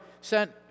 sent